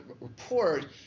report